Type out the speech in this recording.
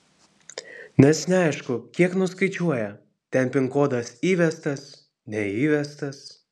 nes neaišku kiek nuskaičiuoja ten pin kodas įvestas neįvestas